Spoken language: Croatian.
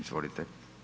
Izvolite.